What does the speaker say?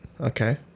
Okay